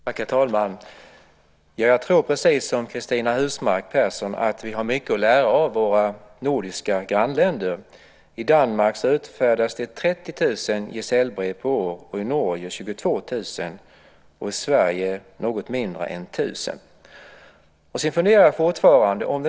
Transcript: Herr talman! Jag tror, precis som Cristina Husmark Pehrsson, att vi har mycket att lära av våra nordiska grannländer. I Danmark utfärdas det 30 000 gesällbrev per år och i Norge 22 000. I Sverige är det något mindre än 1 000. Sedan funderar jag fortfarande på en sak.